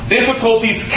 Difficulties